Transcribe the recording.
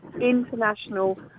international